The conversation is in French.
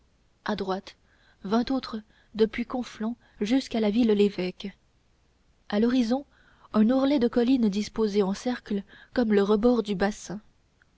à droite vingt autres depuis conflans jusqu'à la ville lévêque à l'horizon un ourlet de collines disposées en cercle comme le rebord du bassin